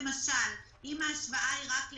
למשל, אם ההשוואה היא רק ל-19',